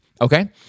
Okay